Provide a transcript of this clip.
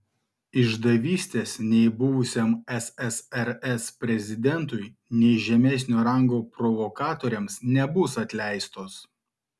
išdavystės nei buvusiam ssrs prezidentui nei žemesnio rango provokatoriams nebus atleistos